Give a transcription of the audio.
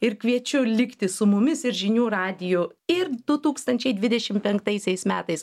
ir kviečiu likti su mumis ir žinių radiju ir du tūkstančiai dvidešim penktaisiais metais